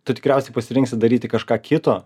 tu tikriausiai pasirinksi daryti kažką kito